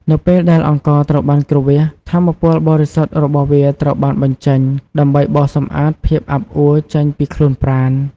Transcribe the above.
នៅពេលដែលអង្ករត្រូវបានគ្រវាស ថាមពលបរិសុទ្ធរបស់វាត្រូវបានបញ្ចេញ ដើម្បីបោសសម្អាតភាពអាប់អួចេញពីខ្លួនប្រាណ។